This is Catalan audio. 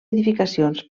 edificacions